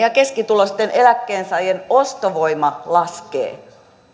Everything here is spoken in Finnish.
ja keskituloisten eläkkeensaajien ostovoima laskee